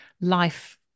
life